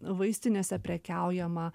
vaistinėse prekiaujama